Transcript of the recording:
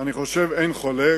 אני חושב, אין חולק,